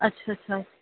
अच्छा अच्छा